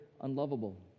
unlovable